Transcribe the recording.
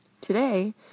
Today